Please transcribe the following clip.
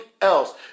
else